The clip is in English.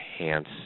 enhance